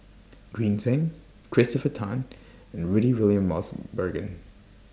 Green Zeng Christopher Tan and Rudy William Mosbergen